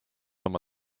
oma